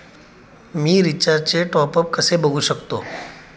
मी रिचार्जचे टॉपअप कसे बघू शकतो?